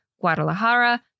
Guadalajara